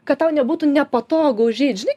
kad tau nebūtų nepatogu užeit žinai